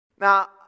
Now